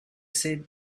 said